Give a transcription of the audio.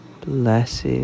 Blessed